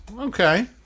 okay